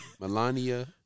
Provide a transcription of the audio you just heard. Melania